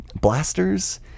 blasters